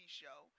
show